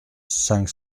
cinq